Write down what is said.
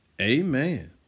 amen